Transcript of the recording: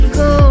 go